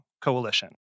coalition